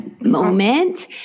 moment